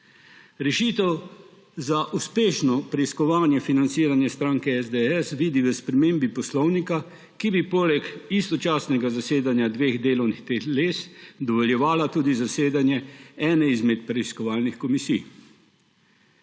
Rešitev za uspešno preiskovanje financiranja stranke SDS vidi v spremembi Poslovnika, ki bi poleg istočasnega zasedanja dveh delovnih teles dovoljevala tudi zasedanje ene izmed preiskovalnih komisij.